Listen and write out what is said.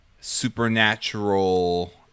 supernatural